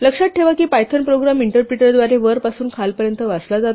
लक्षात ठेवा की पायथन प्रोग्राम इंटरप्रिटरद्वारे वरपासून खालपर्यंत वाचला जातो